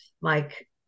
Mike